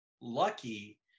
lucky